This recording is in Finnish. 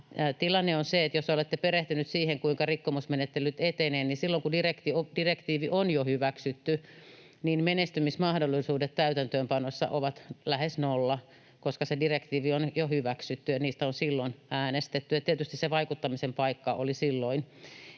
Tilanne on se, että jos olette perehtynyt siihen, kuinka rikkomusmenettelyt etenevät, niin silloin kun direktiivi on jo hyväksytty, menestymismahdollisuudet täytäntöönpanossa ovat lähes nolla, koska se direktiivi on jo hyväksytty ja niistä on silloin äänestetty ja tietysti se vaikuttamisen paikka oli silloin.